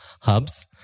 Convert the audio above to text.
hubs